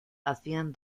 hacían